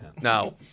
No